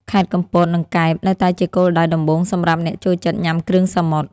ខេត្តកំពត និងកែប នៅតែជាគោលដៅដំបូងសម្រាប់អ្នកចូលចិត្តញ៉ាំគ្រឿងសមុទ្រ។